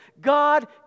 God